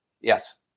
Yes